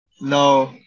No